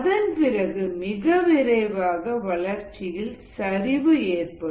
அதன் பிறகு மிக விரைவாக வளர்ச்சியில் சரிவு ஏற்படும்